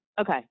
okay